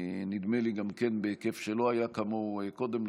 נדמה לי שגם כן בהיקף שלא היה כמוהו קודם,